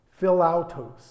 Philautos